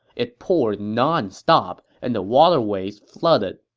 it poured nonstop, and the waterways flooded.